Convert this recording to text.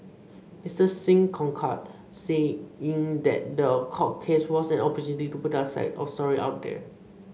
Mister Singh concurred saying that the court case was an opportunity to put their side of the story out there